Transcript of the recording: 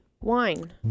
wine